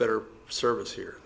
better service here